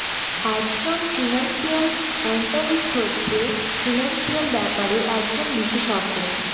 এক জন financial analyst হচ্ছে ফিনান্সিয়াল ব্যাপারের একজন বিশষজ্ঞ